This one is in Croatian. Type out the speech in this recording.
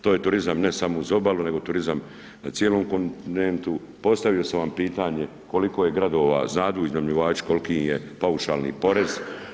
To je turizam ne samo uz obalu nego turizam na cijelom kontinentu, postavio sam vam pitanje, koliko je gradova, znaju li iznajmljivači koliki im je paušalni porez?